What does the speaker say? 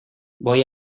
voy